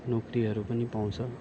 नोकरीहरू पनि पाउँछ